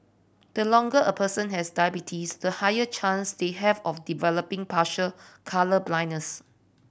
the longer a person has diabetes the higher chance they have of developing partial colour blindness